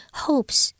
hopes